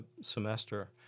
semester